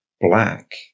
Black